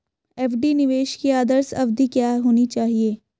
FD निवेश की आदर्श अवधि क्या होनी चाहिए?